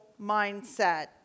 mindset